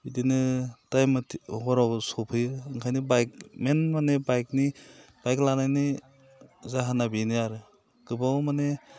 बिदिनो टाइम मथे हराव सफैयो ओंखायनो बाइक मेइन माने बाइकनि बाइक लानानै जाहोना बेनो आरो गोबाव माने